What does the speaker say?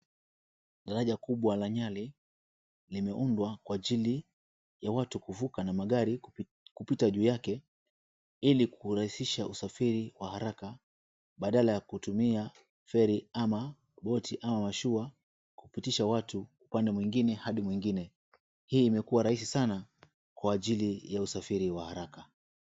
Daraja kubwa la Nyali limeundwa kwa ajili ya watu kuvuka na magari kupita juu yake ili kurahisisha usafiri wa haraka badala ya kutumia feri ama boti ama mashua kupitisha watu upande mwingine hadi mwingine. Hii imekuwa rahisi sana kwa ajili ya usafiri wa haraka.